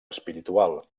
espiritual